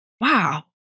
wow